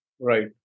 right